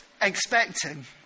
expecting